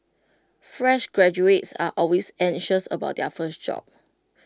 fresh graduates are always anxious about their first job